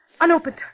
Unopened